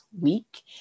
week